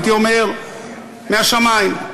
הייתי אומר: מהשמים.